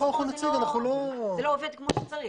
זה אומר שמשהו לא עובד כמו שצריך.